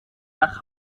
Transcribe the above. nach